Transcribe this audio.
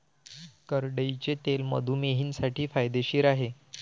करडईचे तेल मधुमेहींसाठी फायदेशीर आहे